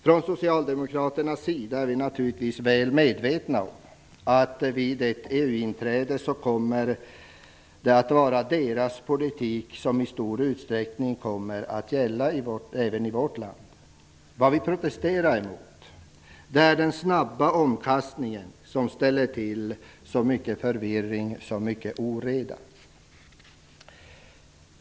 Från socialdemokraternas sida är vi naturligtvis väl medvetna om att det vid ett EU-inträde kommer att vara deras politik som i stor utsträckning kommer att gälla även i vårt land. Det vi protesterar emot är den snabba omkastningen, som ställer till så mycket förvirring och så mycket oreda.